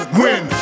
win